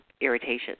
irritation